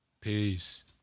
peace